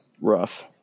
rough